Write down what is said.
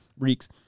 Reeks